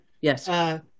Yes